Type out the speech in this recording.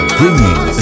Bringing